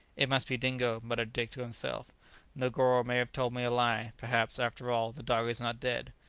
it must be dingo, muttered dick to himself negoro may have told me a lie perhaps, after all, the dog is not dead.